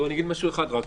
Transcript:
אני אגיד משהו אחד רק.